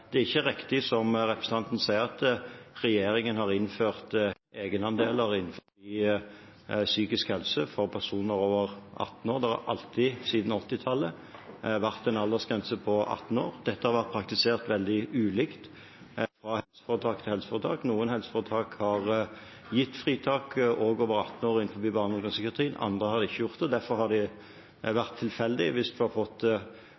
det er ikke riktig som representanten sier, at regjeringen har innført egenandeler innenfor psykisk helse for personer over 18 år. Det har siden 1980-tallet vært en aldersgrense på 18 år. Dette har vært praktisert veldig ulikt fra helseforetak til helseforetak. Noen helseforetak har gitt fritak også for dem over 18 år innenfor barne- og ungdomspsykiatrien, andre har ikke gjort det. Derfor har det vært tilfeldig om man når man har